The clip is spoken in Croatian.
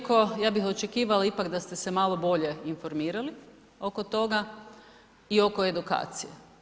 Iako ja bih očekivala ipak da ste se malo bolje informirali oko toga i oko edukacije.